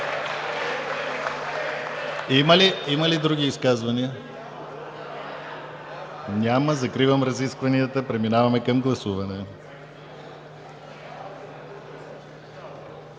Има ли други изказвания? Няма. Закривам разискванията. Преминаваме към гласуване.